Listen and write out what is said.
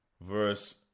Verse